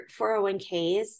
401ks